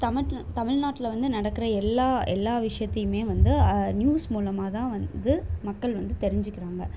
தமட்ல தமிழ்நாட்டில வந்து நடக்கிற எல்லா எல்லா விஷயத்தியுமே வந்து நியூஸ் மூலமாகதான் வந்து மக்கள் வந்து தெரிஞ்சிக்கிறாங்கள்